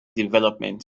developments